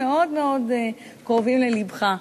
מאוד-מאוד קרובים ללבך.